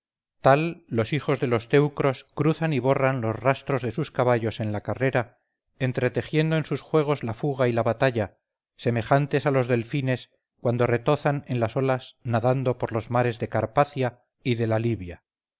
tal los hijos de los teucros cruzan y borran los rastros de sus caballos en la carrera entretejiendo en sus juegos la fuga y la batalla semejantes a los delfines cuando retozan en las olas nadando por los mares de carpacia y de